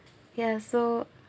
ya so